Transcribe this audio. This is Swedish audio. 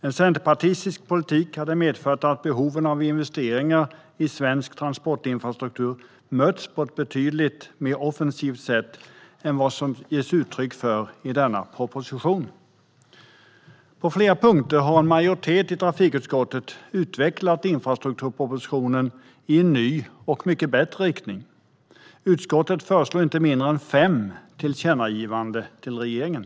En centerpartistisk politik hade medfört att behoven av investeringar i svensk transportinfrastruktur hade mötts på ett betydligt mer offensivt sätt än vad som ges uttryck för i denna proposition. På flera punkter har en majoritet i trafikutskottet utvecklat infrastrukturpropositionen i en ny och mycket bättre riktning. Utskottet föreslår inte mindre än fem tillkännagivanden till regeringen.